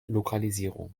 lokalisierung